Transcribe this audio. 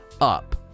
up